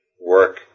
work